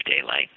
daylight